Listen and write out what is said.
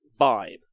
vibe